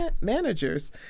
managers